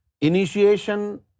Initiation